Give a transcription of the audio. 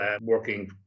working